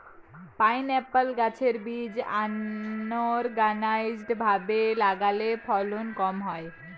pineapple গাছের বীজ unorganised ভাবে লাগালে ফলন কম হয়